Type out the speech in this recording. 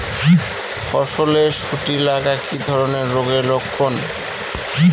ফসলে শুটি লাগা কি ধরনের রোগের লক্ষণ?